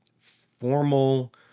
formal